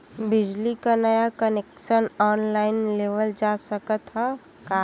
बिजली क नया कनेक्शन ऑनलाइन लेवल जा सकत ह का?